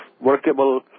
workable